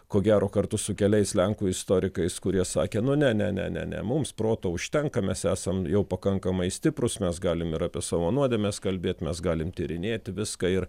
ko gero kartu su keliais lenkų istorikais kurie sakė nu ne ne ne ne ne mums proto užtenka mes esam jau pakankamai stiprūs mes galim ir apie savo nuodėmes kalbėt mes galim tyrinėti viską ir